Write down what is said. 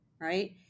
right